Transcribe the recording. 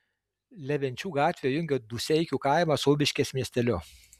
levenčių gatvė jungia dūseikių kaimą su ubiškės miesteliu